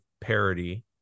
parody